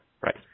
right